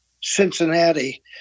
Cincinnati